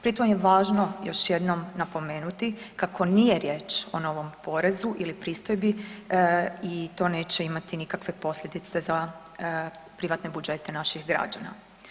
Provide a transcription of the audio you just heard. Pritom je važno još jednom napomenuti kako nije riječ o novom porezu ili pristojbi i to neće imati nikakve posljedice za privatne budžete naših građana.